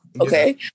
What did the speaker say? okay